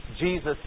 Jesus